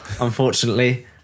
unfortunately